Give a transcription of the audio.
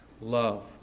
love